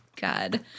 God